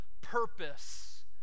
purpose